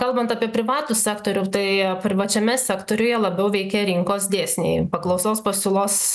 kalbant apie privatų sektorių tai privačiame sektoriuje labiau veikia rinkos dėsniai paklausos pasiūlos